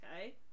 okay